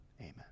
Amen